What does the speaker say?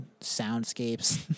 soundscapes